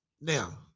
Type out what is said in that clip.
now